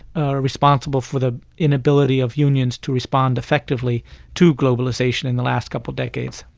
ah responsible for the inability of unions to respond effectively to globalisation in the last couple of decades.